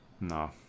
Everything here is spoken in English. no